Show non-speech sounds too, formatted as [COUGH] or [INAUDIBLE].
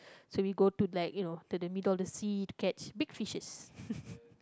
so we go to like you know to the middle of the sea to catch big fishes [LAUGHS]